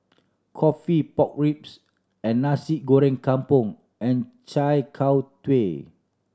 coffee pork ribs and Nasi Goreng Kampung and chai